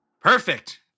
Perfect